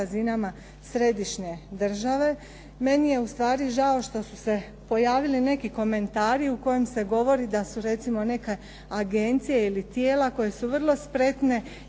središnje države. Meni je ustvari žao što su se pojavili neki komentari u kojem se govori da su recimo neke agencije ili tijela koje su vrlo spretne